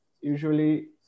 usually